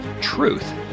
truth